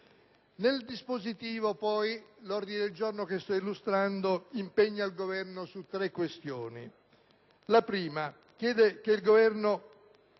Nel dispositivo poi, l'ordine del giorno che sto illustrando impegna il Governo su tre questioni. In primo luogo, esso chiede che il Governo